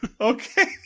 Okay